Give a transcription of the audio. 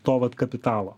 to vat kapitalo